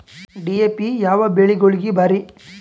DAP ಯಾವ ಬೆಳಿಗೊಳಿಗ ಭಾರಿ?